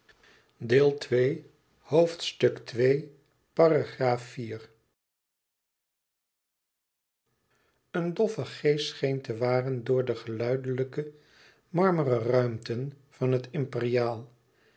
een doffe geest scheen te waren door de geluidelijke marmeren ruimten van het